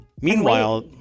meanwhile